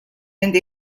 nende